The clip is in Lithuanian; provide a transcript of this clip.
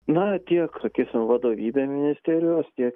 na tiek sakysim vadovybė ministerijos tiek